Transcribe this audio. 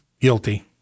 guilty